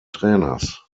trainers